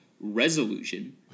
resolution